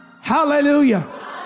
hallelujah